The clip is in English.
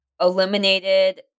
eliminated